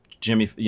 Jimmy